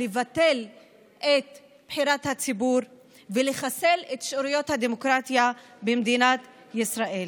לבטל את בחירת הציבור ולחסל את שאריות הדמוקרטיה במדינת ישראל.